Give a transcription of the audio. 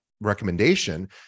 recommendation